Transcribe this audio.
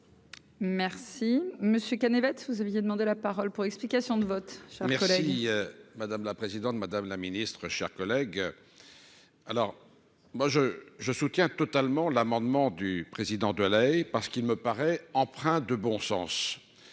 Merci, monsieur, vous aviez demandé la parole pour explications de vote. Merci madame la présidente, madame la Ministre, chers collègues, alors moi je, je soutiens totalement l'amendement du président Delaye parce qu'il me paraît empreint de bon sens,